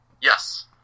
Yes